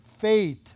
faith